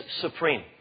supreme